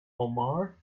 omar